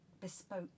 bespoke